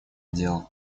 дела